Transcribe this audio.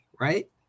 Right